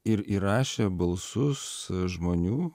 ir įrašė balsus žmonių